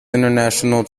international